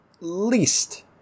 least